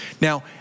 Now